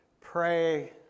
pray